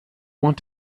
want